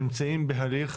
שנמצאים בהליך